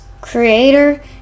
creator